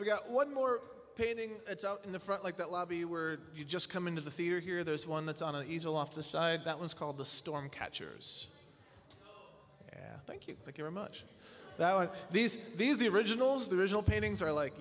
i got one more painting in the front like that lobby were you just come into the theater here there's one that's on an easel off the side that was called the storm catcher yeah thank you very much that these these the originals the original paintings are like